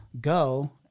go